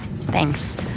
Thanks